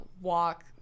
walk